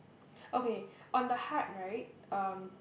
okay on the heart right um